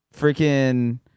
freaking